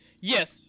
Yes